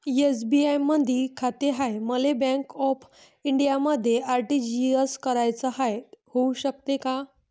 SBI मधी खाते हाय, मले बँक ऑफ इंडियामध्ये आर.टी.जी.एस कराच हाय, होऊ शकते का?